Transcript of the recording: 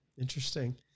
Interesting